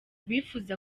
bifuza